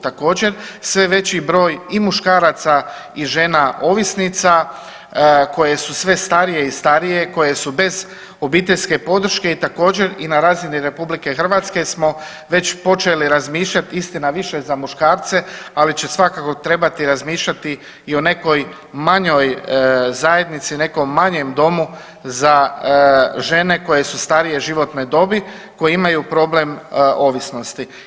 Također sve veći broj i muškaraca i žena ovisnica koje su sve starije i starije, koje su bez obiteljske podrške i također i na razini RH smo već počeli razmišljat istina više za muškarce, ali će svakako trebati razmišljati i o nekoj manjoj zajednici, nekom manjem domu za žene koje su starije životne dobi, koje imaju problem ovisnosti.